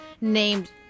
named